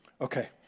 Okay